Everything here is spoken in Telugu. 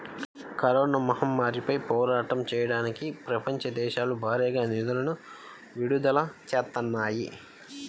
కరోనా మహమ్మారిపై పోరాటం చెయ్యడానికి ప్రపంచ దేశాలు భారీగా నిధులను విడుదల చేత్తన్నాయి